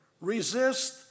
Resist